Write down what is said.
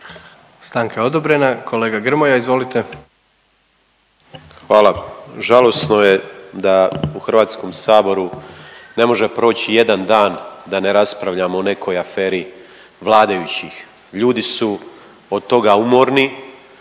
Stanka je odobrena. Kolega Grmoja, izvolite. **Grmoja, Nikola (MOST)** Hvala. Žalosno je da u HS ne može proći ijedan dan da ne raspravljamo o nekoj aferi vladajućih ljudi su od toga umorni,